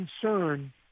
concern